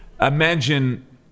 imagine